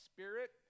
Spirit